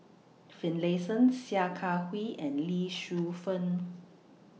Finlayson Sia Kah Hui and Lee Shu Fen